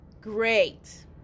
great